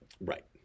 Right